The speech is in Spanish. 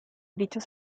dichos